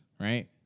right